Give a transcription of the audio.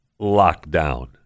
lockdown